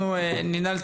משרדי הממשלה,